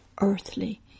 earthly